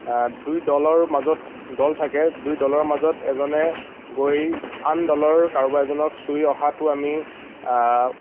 দুই দলৰ মাজত দল থাকে দুই দলৰ মাজত এজনে গৈ আন দলৰ কাৰোবাৰ এজনক চুই অহাটো আমি